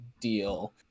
deal